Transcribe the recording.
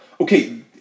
okay